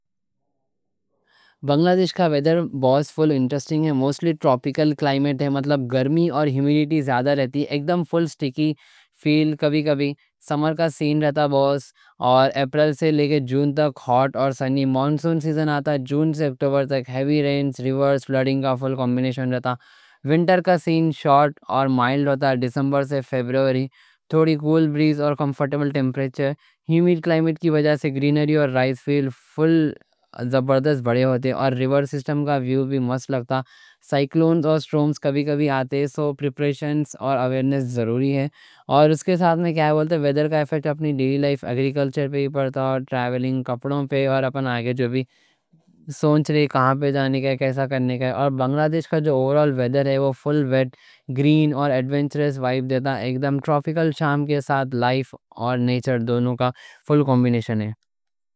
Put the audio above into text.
بنگلہ دیش کا ویڈر بہت فل انٹرسٹنگ ہے، موسلی ٹراپیکل کلائمیٹ ہے۔ مطلب گرمی اور ہیومیڈیٹی زیادہ رہتا، ایک دم فل سٹیکی فیل، پھر کبھی کبھی سمر کا سین رہتا۔ اپریل سے لے کے جون تک ہاٹ اور سنی رہتا، مانسون سیزن جون سے اکتوبر تک آتا۔ جون سے اکتوبر تک ہیوی رینز، ریور فلڈنگ کا فل کمبینیشن رہتا، ونٹر کا سین شارٹ اور مائلڈ ہوتا۔ دسمبر سے فیبروری تھوڑی کول بریز اور کمفرٹیبل ٹیمپریچر رہتا۔ ہومیڈ کلائمیٹ کی وجہ سے گرینری اور رائس فیلڈ۔ فل زبردست بڑے ہوتے ہیں اور ریور سسٹم کا ویو بھی مست لگتا، سائیکلونز اور اسٹارمز کبھی کبھی آتے۔ سو پریپریشنز اور آویرنس ضروری ہیں اور اس کے ساتھ میں کیا بولتے ہیں۔ ویڈر کا ایفیکٹ اپنی ڈیلی لائف، اگری کلچر پہ ہی پڑتا ہے، اور ٹرائیولنگ، کپڑوں پہ، اور اپن آگے جو بھی سوچ رے، کہاں پہ جانے کے، کیسا کرنے کے۔ اور بنگلہ دیش کا جو اوورال ویڈر ہے، وہ فل ویٹ، گرین اور ایڈونچرس وائب دیتا ہے، ایک دم ٹراپیکل چارم کے ساتھ، لائف اور نیچر دونوں کا فل کمبینیشن ہے۔